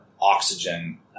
oxygen